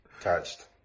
touched